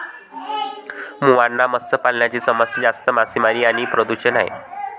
मुहाना मत्स्य पालनाची समस्या जास्त मासेमारी आणि प्रदूषण आहे